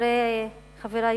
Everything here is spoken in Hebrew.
חברי חברי